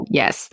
yes